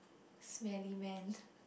smelly man